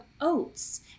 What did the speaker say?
oats